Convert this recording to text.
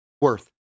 worth